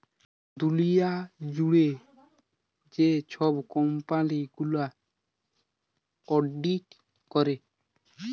দুঁলিয়া জুইড়ে যে ছব কম্পালি গুলা অডিট ক্যরে